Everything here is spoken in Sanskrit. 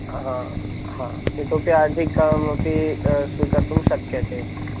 हा हा इतोपि अधिकमपि स्वीकर्तुं शक्यते